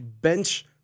bench